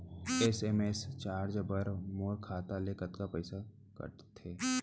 SMS charge बर मोर खाता ले कतका पइसा कटथे?